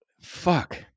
Fuck